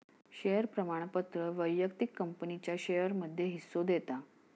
share प्रमाणपत्र व्यक्तिक कंपनीच्या शेयरमध्ये हिस्सो देता